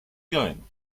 going